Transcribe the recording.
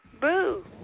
Boo